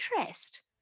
interest